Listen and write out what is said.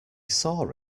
saw